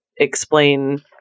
explain